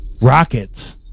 Rockets